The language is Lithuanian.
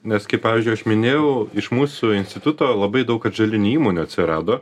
nes kaip pavyzdžiui aš minėjau iš mūsų instituto labai daug atžalinių įmonių atsirado